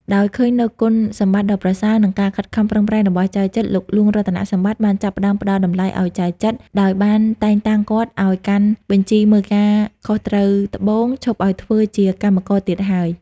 ដោយឃើញនូវគុណសម្បត្តិដ៏ប្រសើរ និងការខិតខំប្រឹងប្រែងរបស់ចៅចិត្រ លោកហ្លួងរតនសម្បត្តិបានចាប់ផ្ដើមផ្ដល់តម្លៃឲ្យចៅចិត្រ ដោយបានតែងតាំងគាត់ឲ្យកាន់បញ្ជីមើលការខុសត្រូវត្បូង ឈប់ឲ្យធ្វើជាកម្មករទៀតហើយ។